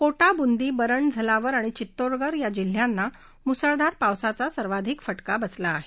कोटा बुंदी बरण झलावर आणि चित्तोरगढ या जिल्ह्यांना मुसळधार पावसाचा सर्वाधिक फटका बसला आहे